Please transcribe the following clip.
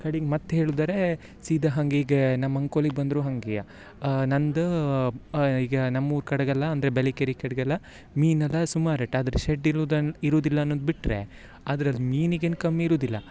ಕಡಿಗೆ ಮತ್ತು ಹೇಳುದರೇ ಸಿದ ಹಾಗೆ ಈಗ ನಮ್ಮ ಅಂಕೋಲಿಗೆ ಬಂದರು ಹಂಗೆಯ ನಂದು ಈಗ ನಮ್ಮೂರ ಕಡೆಗೆಲ್ಲಾ ಅಂದರೆ ಬೆಳಿಕೇರಿ ಕಡ್ಗೆಲ್ಲ ಮೀನೆಲ್ಲ ಸುಮಾರು ರೇಟ್ ಆದರೆ ಶೆಡ್ ಇರುದನ್ನ ಇರುದಿಲ್ಲ ಅನ್ನುದು ಬಿಟ್ರೇ ಅದ್ರಲ್ಲಿ ಮೀನಿಗೇನು ಕಮ್ಮಿ ಇರುದಿಲ್ಲ